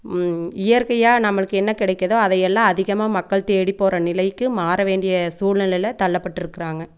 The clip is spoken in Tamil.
இயற்கையாக நம்மளுக்கு என்ன கிடைக்குதோ அதையெல்லாம் அதிகமாக மக்கள் தேடி போகிற நிலைக்கு மாறவேண்டிய சூழ்நிலைல தள்ளப்பட்டிருக்குறாங்க